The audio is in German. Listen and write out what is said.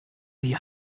hier